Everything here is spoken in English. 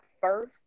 first